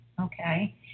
Okay